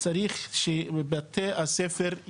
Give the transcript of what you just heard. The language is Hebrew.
צריך שתהיה אבטחה בתוך בתי הספר.